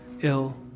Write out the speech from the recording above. ill